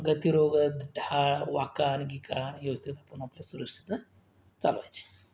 गतिरोधक हा वाका आणि गिका आणि व्यवस्थित आपण आपली सुरक्षित चालवायची